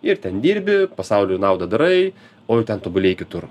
ir ten dirbi pasauliui naudą darai o jau ten tobulėji kitur